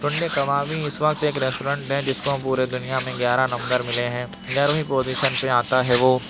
ٹنڈے کبابی اس وقت ایک ریسٹورنٹ ہے جس کو پوری دنیا میں گیارہ نمبر ملے ہیں گیارہویں پوزیشن پہ آتا ہے وہ